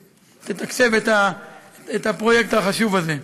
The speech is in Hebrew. שתתקצב את הפרויקט החשוב הזה.